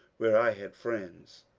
where i had friends.